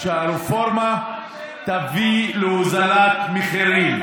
שהרפורמה תביא להורדת מחירים.